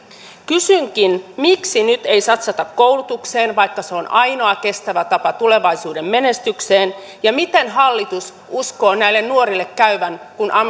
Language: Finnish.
kysynkin miksi nyt ei satsata koulutukseen vaikka se on ainoa kestävä tapa tulevaisuuden menestykseen ja miten hallitus uskoo näille nuorille käyvän kun